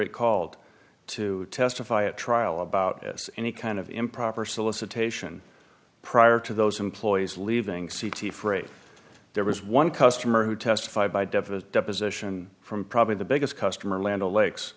it called to testify at trial about as any kind of improper solicitation prior to those employees leaving c t freight there was one customer who testified by definition deposition from probably the biggest customer land